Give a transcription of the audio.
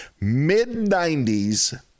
mid-90s